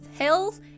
health